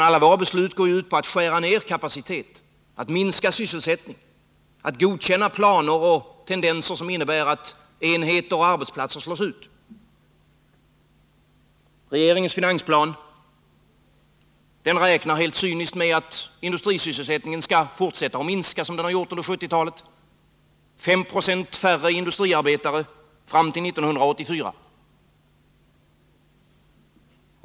Alla våra beslut går ut på att skära ned kapacitet och minska sysselsättningen, att godkänna planer och tendenser som innebär att enheter och arbetsplatser slås ut. Regeringens finansplan räknar helt cyniskt med att industrisysselsättningen skall fortsätta att minska, som den gjort under 1970-talet — 5 90 färre industriarbetare fram till 1984.